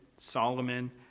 Solomon